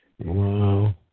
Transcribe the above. Wow